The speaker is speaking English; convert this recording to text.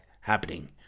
happening